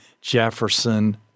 Jefferson